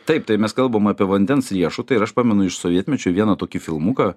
taip tai mes kalbam apie vandens riešutą ir aš pamenu iš sovietmečio vieną tokį filmuką